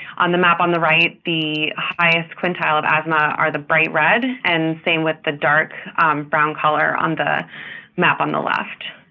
on the map on the right, the highest quintiles of asthma are the bright red and same with the dark brown color on the map on the left.